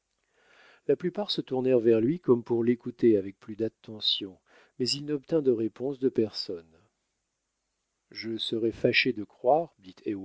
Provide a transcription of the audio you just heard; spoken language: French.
la plupart se tournèrent vers lui comme pour l'écouter avec plus d'attention mais il n'obtint de réponse de personne je serais fâché de croire